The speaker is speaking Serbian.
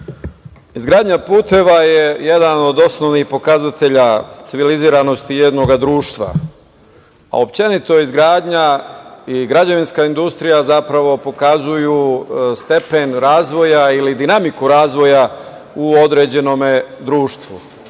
izgradnja puteva je jedan od osnovnih pokazatelja civiliziranosti jednog društva, a općenito, izgradnja i građevinska industrija zapravo pokazuju stepen razvoja ili dinamiku razvoja u određenom društvu. Mi